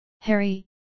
Harry